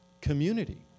community